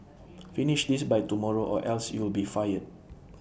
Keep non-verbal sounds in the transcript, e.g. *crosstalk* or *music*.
*noise* finish this by tomorrow or else you'll be fired